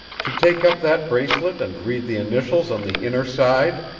to take up that bracelet and read the initials on the inner side?